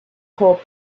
call